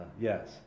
yes